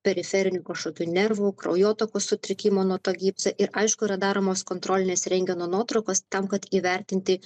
periferinių kažkokių nervų kraujotakos sutrikimo nuo to gipse ir aišku yra daromos kontrolinės rentgeno nuotraukos tam kad įvertinti